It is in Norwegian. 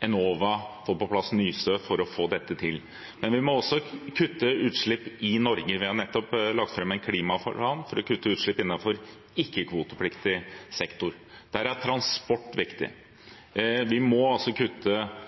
Enova og fått på plass Nysnø for å få dette til. Men vi må også kutte utslipp i Norge. Vi har nettopp lagt fram en klimaplan for å kutte utslipp innenfor ikke-kvotepliktig sektor. Der er transport viktig. Vi må kutte